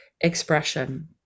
expression